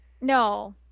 No